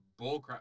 bullcrap